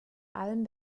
allem